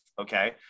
okay